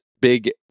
big